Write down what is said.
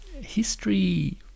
history